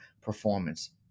performance